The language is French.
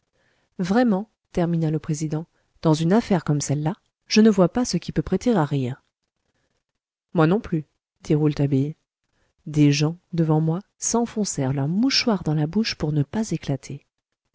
vraiment termina le président dans une affaire comme celle-là je ne vois pas ce qui peut prêter à rire moi non plus dit rouletabille des gens devant moi s'enfoncèrent leur mouchoir dans la bouche pour ne pas éclater